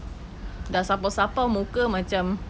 dah sapau sapau muka macam